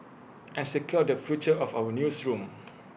and secure the future of our newsroom